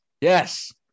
Yes